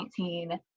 2019